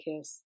kiss